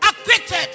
acquitted